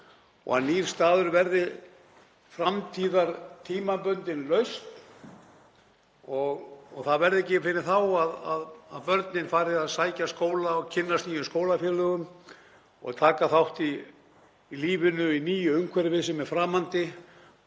og að nýr staður verði framtíðartímabundin lausn og það verði ekki fyrr en þá sem börnin fara að sækja skóla og kynnast nýjum skólafélögum og taka þátt í lífinu í nýju umhverfi sem er framandi